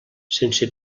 sense